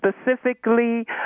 specifically